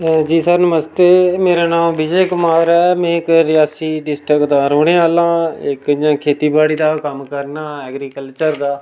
जी sir नमस्ते मेरा नांऽ विजय कुमार ऐ में इक रियासी डिसटिक दा रौह्ने आह्लां इक इ'यां खेत्ती बाड़ी दा गै कम्म करनां ऐग्रीकैलचर दा